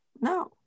No